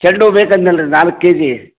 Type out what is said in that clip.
ಚೆಂಡು ಹೂವು ಬೇಕಂದ್ನಲ್ಲ ರೀ ನಾಲ್ಕು ಕೆಜಿ